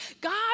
God